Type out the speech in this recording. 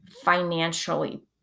financially